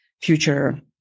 future